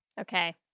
Okay